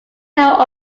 towel